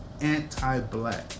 anti-black